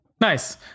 nice